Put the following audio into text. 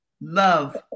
Love